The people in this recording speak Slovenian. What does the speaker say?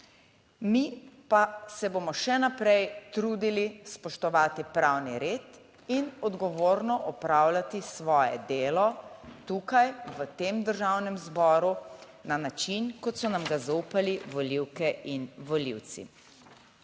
Mi pa se bomo še naprej trudili spoštovati pravni red in odgovorno opravljati svoje delo tukaj v tem Državnem zboru na način, kot so nam ga zaupali volivke in volivci.